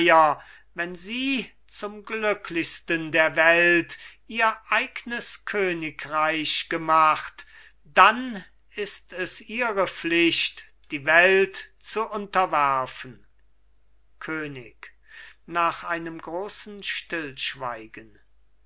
wenn sie zum glücklichsten der welt ihr eignes königreich gemacht dann ist es ihre pflicht die welt zu unterwerfen könig nach einem großen stillschweigen